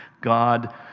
God